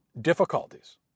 difficulties